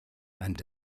and